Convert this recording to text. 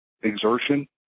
exertion